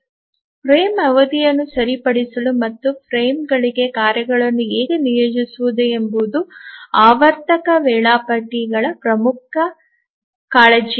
frame ಅವಧಿಯನ್ನು ಸರಿಪಡಿಸಲು ಮತ್ತು ಫ್ರೇಮ್ಗಳಿಗೆ ಕಾರ್ಯಗಳನ್ನು ಹೇಗೆ ನಿಯೋಜಿಸುವುದು ಎಂಬುದು ಆವರ್ತಕ ವೇಳಾಪಟ್ಟಿಗಳ ಮುಖ್ಯ ಕಾಳಜಿಯಾಗಿದೆ